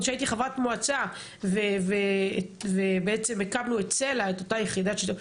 עוד שהייתי חברת מועצה והקמנו את אותה יחידת שיטור עירוני,